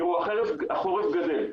תראו, החורף קרב,